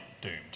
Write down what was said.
doomed